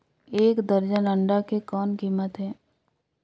एक दर्जन अंडा के कौन कीमत हे?